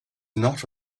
not